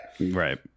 right